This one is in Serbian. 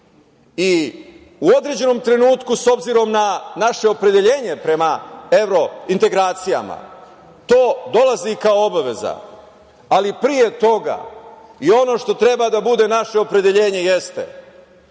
i u određenom trenutku, s obzirom na naše opredeljenje prema evrointegracijama, to dolazi kao obaveza, ali pre toga i ono što treba da bude naše opredeljenje jeste